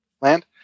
land